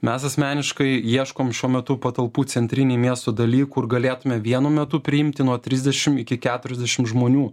mes asmeniškai ieškom šiuo metu patalpų centrinėj miesto daly kur galėtume vienu metu priimti nuo trisdešimt iki keturiasdešim žmonių